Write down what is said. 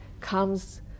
comes